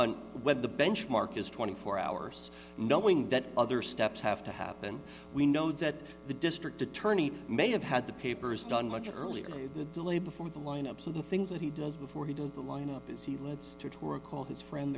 and when the benchmark is twenty four hours knowing that other steps have to happen we know that the district attorney may have had the papers done much earlier than the delay before the lineups of the things that he does before he does the lineup is h